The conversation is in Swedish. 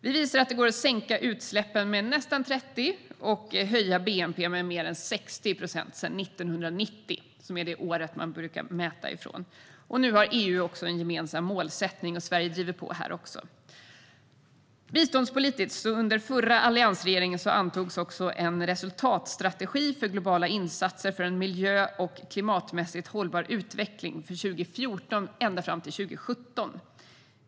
Vi visar att det går att sänka utsläppen med nästan 30 procent och öka bnp med mer än 60 procent sedan 1990, som är det år man brukar mäta från. Och nu har EU en gemensam målsättning. Sverige driver på här också. Under alliansregeringen antogs också en biståndspolitisk resultatstrategi för globala insatser för en miljö och klimatmässigt hållbar utveckling från 2014 ända fram till 2017.